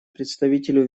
представителю